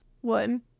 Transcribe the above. One